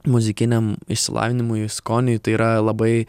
muzikiniam išsilavinimui skoniui tai yra labai